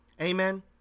Amen